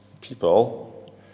people